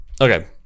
Okay